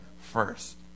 first